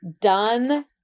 done